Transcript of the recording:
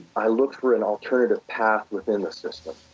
i looked for an alternative path within the system.